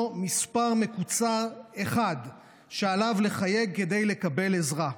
מספר מקוצר אחד שעליו לחייג כדי לקבל עזרה.